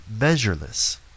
measureless